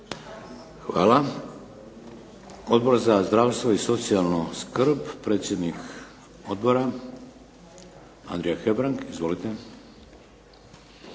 Hvala. Odbor za zdravstvo i socijalnu skrb, predsjednik odbora Andrija Hebrang. Izvolite.